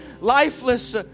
lifeless